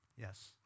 Yes